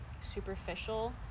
superficial